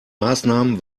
maßnahmen